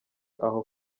aho